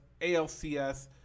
ALCS